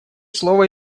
слово